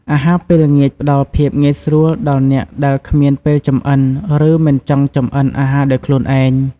អាហារពេលល្ងាចផ្ដល់ភាពងាយស្រួលដល់អ្នកដែលគ្មានពេលចម្អិន ឬមិនចង់ចម្អិនអាហារដោយខ្លួនឯង។